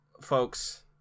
folks